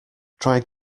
try